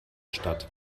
stadt